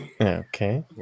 Okay